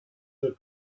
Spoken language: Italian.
del